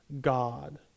God